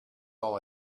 all